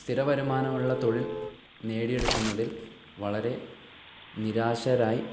സ്ഥിര വരുമാനമുള്ള തൊഴിൽ നേടിയെടുക്കുന്നതിൽ വളരെ നിരാശരായി